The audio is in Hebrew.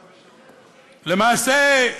למעשה,